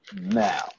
now